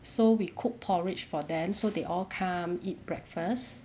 so we cook porridge for them so they all come eat breakfast